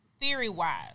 theory-wise